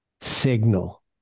signal